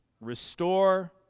restore